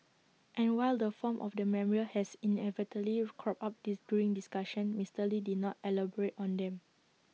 and while the form of the memorial has inevitably cropped up this during discussions Mister lee did not elaborate on them